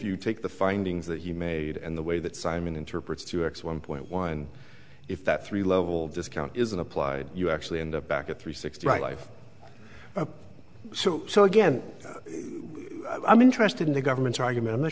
you take the findings that he made and the way that simon interprets two x one point one if that three level discount isn't applied you actually end up back at three sixty right life so so again i'm interested in the government's argument i'm not